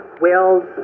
whales